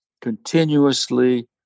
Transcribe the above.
continuously